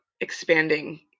expanding